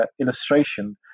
illustration